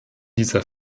dieser